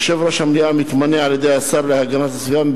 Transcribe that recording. יושב-ראש המליאה מתמנה על-ידי השר להגנת הסביבה,